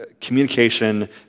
communication